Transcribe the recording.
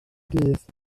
dydd